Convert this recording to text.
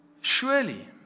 Surely